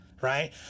right